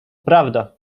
prawda